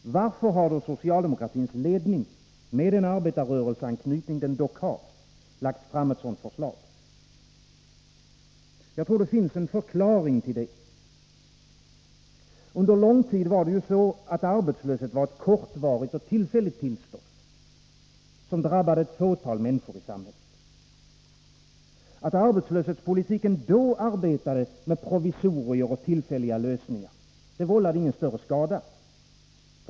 Varför har då socialdemokratins ledning, med den arbetarrörelseanknytning den dock har, lagt fram ett sådant förslag? Jag tror att det finns en förklaring till det. Under lång tid var det så att arbetslöshet var ett kortvarigt och tillfälligt tillstånd, som drabbade ett fåtal människor i samhället. Att arbetslöshetspolitiken då arbetade med provisorier och tillfälliga lösningar, det vållade ingen större skada.